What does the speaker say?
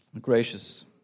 Gracious